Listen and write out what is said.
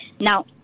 Now